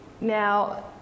Now